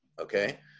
okay